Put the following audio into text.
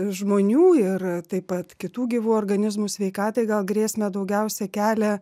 žmonių ir taip pat kitų gyvų organizmų sveikatai gal grėsmę daugiausia kelia